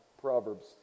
Proverbs